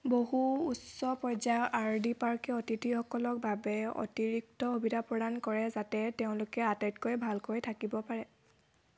বহু উচ্চ পৰ্যায়ৰ আৰ ডি পাৰ্কে অতিথিসকলক বাবে অতিৰিক্ত সুবিধা প্ৰদান কৰে যাতে তেওঁলোকে আটাইতকৈ ভালকৈ থাকিব পাৰে